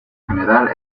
general